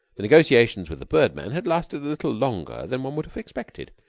the negotiations with the bird-man had lasted a little longer than one would have expected.